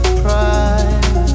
pride